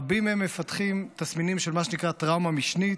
רבים מהם מפתחים תסמינים של מה שנקרא טראומה משנית,